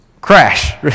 Crash